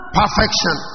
perfection